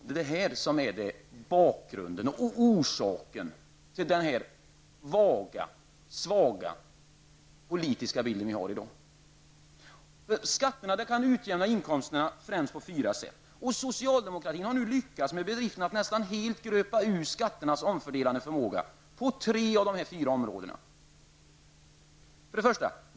Detta är bakgrunden och orsaken till dagens vaga och svaga politiska bild. Skatterna kan utjämna inkomsterna främst på fyra sätt. Socialdemokraterna har nu lyckats med bedriften att nästan helt gröpa ur skattens omfördelande förmåga på tre av dessa fyra områden. 1.